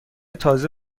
تازه